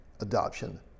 adoption